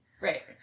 Right